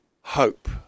Hope